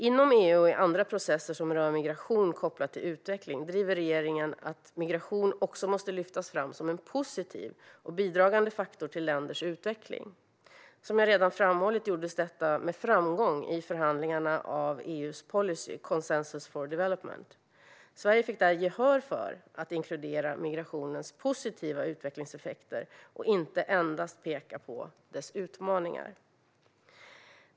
Inom EU och i andra processer som rör migration med koppling till utveckling driver regeringen att migration också måste lyftas fram som en positiv och bidragande faktor till länders utveckling. Som jag redan framhållit gjordes detta med framgång i förhandlingarna gällande EU:s policy, Consensus for Development. Sverige fick där gehör för att inkludera migrationens positiva utvecklingseffekter och inte endast peka på dess utmaningar.